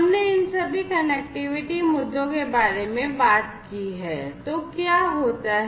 हमने इन सभी कनेक्टिविटी मुद्दों के बारे में बात की है